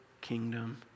kingdom